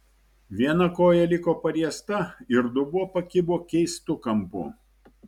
viena koja liko pariesta ir dubuo pakibo keistu kampu